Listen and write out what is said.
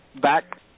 back